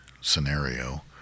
scenario